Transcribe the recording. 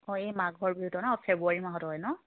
অঁ এই মাঘৰ বিহুতো নহ্ ফেব্ৰুৱাৰী মাহত হয় নহ্